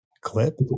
Clip